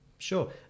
Sure